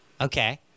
Okay